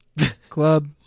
club